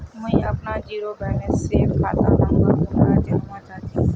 मुई अपना zero balance सेल खाता नंबर कुंडा जानवा चाहची?